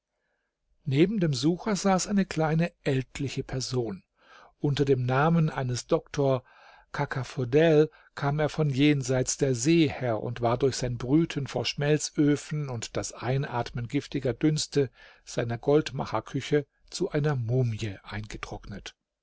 neben dem sucher saß eine kleine ältliche person unter dem namen eines doktor cacaphodel kam er von jenseits der see her und war durch sein brüten vor schmelzöfen und das einatmen giftiger dünste seiner goldmacherküche zu einer mumie eingetrocknet